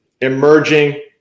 emerging